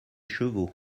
chevaux